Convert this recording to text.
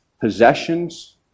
possessions